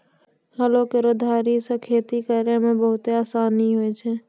हलो केरो धारी सें खेती करै म बहुते आसानी होय छै?